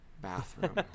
bathroom